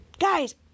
guys